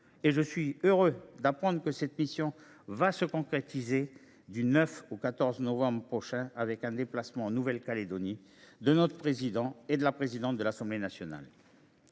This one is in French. Je suis heureux d’apprendre que cette mission se concrétisera du 9 au 14 novembre prochain, dans le cadre du déplacement en Nouvelle Calédonie du président du Sénat et de la présidente de l’Assemblée nationale.